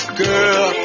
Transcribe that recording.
girl